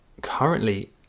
currently